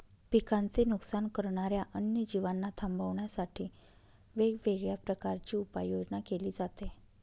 पिकांचे नुकसान करणाऱ्या अन्य जीवांना थांबवण्यासाठी वेगवेगळ्या प्रकारची उपाययोजना केली जाते